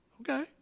Okay